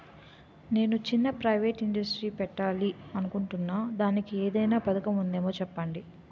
నేను చిన్న private industry పెట్టాలి అనుకుంటున్నా దానికి ఏదైనా పథకం ఉందేమో చెప్పండి?